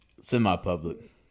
Semi-public